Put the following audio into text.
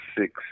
six